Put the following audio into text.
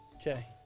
Okay